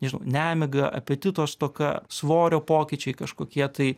nežinau nemiga apetito stoka svorio pokyčiai kažkokie tai